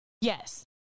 Yes